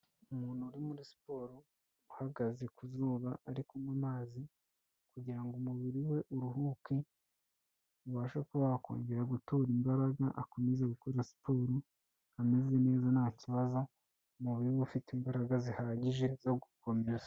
Umuntu uri muri siporo, uhagaze ku zuba ari kunywa amazi kugira ngo umubiri we uruhuke, ubashe kuba wakongera gutora imbaraga, akomeze gukora siporo ameze neza ntakibazo, umubiri we ufite imbaraga zihagije zo gukomeza.